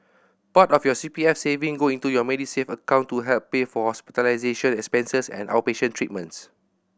part of your C P F saving go into your Medisave account to help pay for hospitalization expenses and outpatient treatments